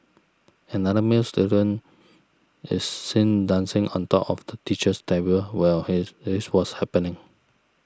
another male student is seen dancing on top of the teacher's table while his this was happening